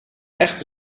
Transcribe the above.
echte